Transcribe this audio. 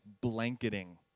blanketing